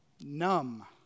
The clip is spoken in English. numb